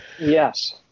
yes